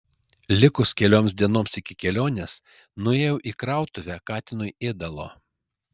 likus kelioms dienoms iki kelionės nuėjau į krautuvę katinui ėdalo